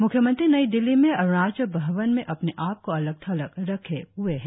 म्ख्यमंत्री नई दिल्ली में अरुणाचल भवन में अपने आप को अलग थलग रखे हए है